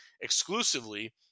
exclusively